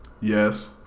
yes